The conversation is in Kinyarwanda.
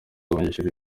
abanyeshuri